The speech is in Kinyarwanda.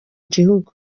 gihugu